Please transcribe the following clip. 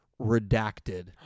Redacted